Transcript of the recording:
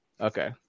Okay